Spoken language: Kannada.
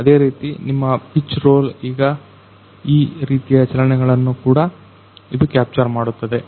ಅದೇ ರೀತಿ ನಿಮ್ಮ ಪಿಚ್ ರೋಲ್ ಈ ರೀತಿಯ ಚಲನೆಗಳನ್ನು ಕೂಡ ಇದು ಕ್ಯಾಪ್ಚರ್ ಮಾಡುತ್ತದೆ